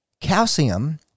calcium